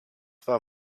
war